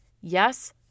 Yes